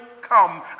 come